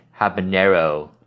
habanero